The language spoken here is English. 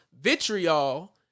vitriol